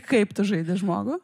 kaip tu žaidi žmogų